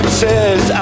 says